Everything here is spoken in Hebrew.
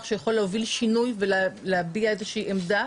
שיכול להוביל שינוי ולהביע איזושהי עמדה,